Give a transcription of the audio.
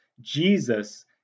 Jesus